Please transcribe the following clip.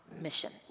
mission